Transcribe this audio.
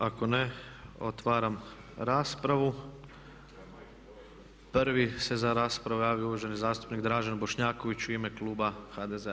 Ako ne, otvaram raspravu, prvi se za raspravu javio uvaženi zastupnik Dražen Bošnjaković u ime Kluba HDZ-a.